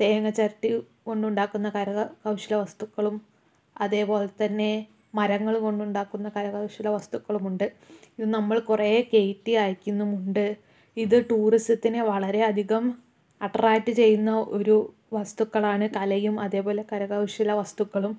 തേങ്ങ ചരട്ടി കൊണ്ടുണ്ടാക്കുന്ന കരകൗശല വസ്തുക്കളും അതേപോലെതന്നെ മരങ്ങൾ കൊണ്ടുണ്ടാക്കുന്ന കരകൗശല വസ്തുക്കളും ഉണ്ട് ഇത് നമ്മൾ കുറെ കയറ്റി അയക്കുന്നുമുണ്ട് ഇത് ടൂറിസത്തിന് വളരെയധികം അട്രാക്റ്റ് ചെയ്യുന്ന ഒരു വസ്തുക്കളാണ് കലയും അതേപോലെ കരകൗശല വസ്തുക്കളും